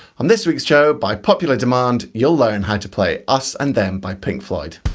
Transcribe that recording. on this week's show, by popular demand, you'll learn how to play us and them by pink floyd.